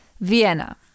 Vienna